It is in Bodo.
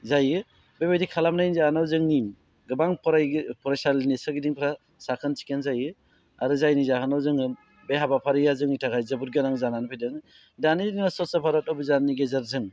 जायो बेबायदि खालामनायनि जाहोनानो जोंनि गोबां फरायसालिनि सोरगिदिंफ्रा साखोन सिखोन जायो आरो जायनि जाहोनाव जोङो बे हाबाफारिया जोंनि थाखाय जोबोद गोनां जानानै फैदों दानि दिनाव स्वच्च भारत अभिजाननि गेजेरजों